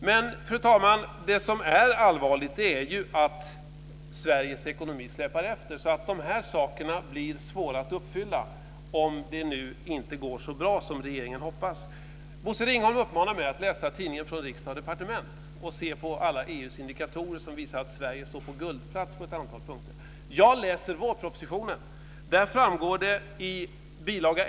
Men, fru talman, det som är allvarligt är ju att Sveriges ekonomi släpar efter, så att de här sakerna blir svåra att uppfylla om det nu inte går så bra som regeringen hoppas. Bosse Ringholm uppmanar mig att läsa tidningen Från Riksdag & Departement och se på alla EU:s indikatorer som visar att Sverige står på guldplats på ett antal punkter. Jag läser vårpropositionen, och där framgår det av bil.